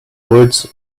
words